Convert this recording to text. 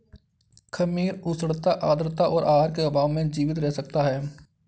खमीर उष्णता आद्रता और आहार के अभाव में जीवित रह सकता है